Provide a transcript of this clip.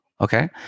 Okay